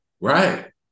Right